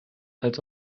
als